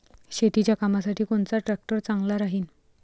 शेतीच्या कामासाठी कोनचा ट्रॅक्टर चांगला राहीन?